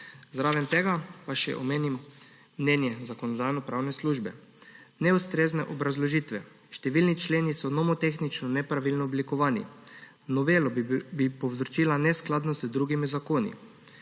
Zraven tega pa še omenim mnenje Zakonodajno-pravne službe. Neustrezne obrazložitve, številni členi so nomotehnično nepravilno oblikovani, novela bi povzročila neskladnost z drugimi zakoni,